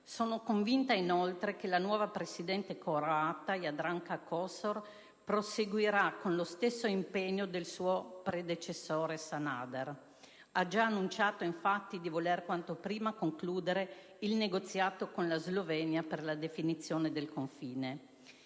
Sono convinta, inoltre, che la nuova Presidente croata Jadranka Kosor proseguirà con lo stesso impegno del suo predecessore Ivo Sanader. Ha già annunciato, infatti, di voler quanto prima concludere il negoziato con la Slovenia per la definizione del confine.